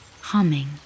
Humming